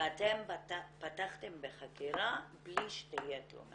שאתם פתחתם בחקירה בלי שתהיה תלונה.